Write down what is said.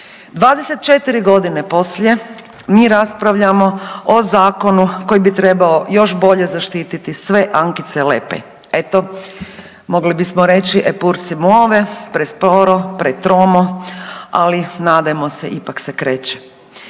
24 godine poslije mi raspravljamo o zakonu koji bi trebao još bolje zaštititi sve Ankcie Lepej. Eto mogli bismo reći …/Govornica se ne razumije./… presporo, pretromo ali nadajmo se ipak se kreće.